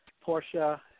Portia